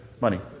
Money